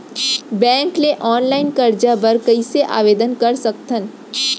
Bank ले online करजा बर कइसे आवेदन कर सकथन?